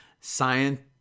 science